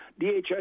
DHS